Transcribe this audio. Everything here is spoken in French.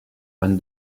anne